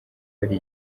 hari